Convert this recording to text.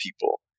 people